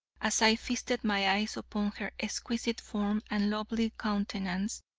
as i feasted my eyes upon her exquisite form and lovely countenance.